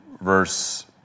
verse